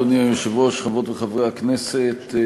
אדוני היושב-ראש, חברות וחברי הכנסת,